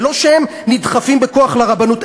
זה לא שהם נדחפים בכוח לרבנות.